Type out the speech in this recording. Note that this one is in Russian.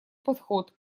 подход